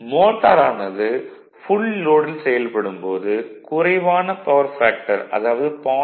மோட்டாரானது full லோடில் செயல்படும் போது குறைவான பவர் ஃபேக்டர் அதாவது 0